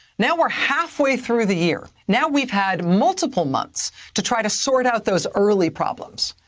now we're halfway through the year. now we've had multiple months to try to sort out those early problems,